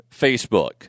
Facebook